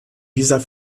dieser